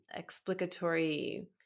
explicatory